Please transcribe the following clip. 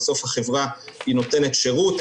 בסוף החברה היא נותנת שירות,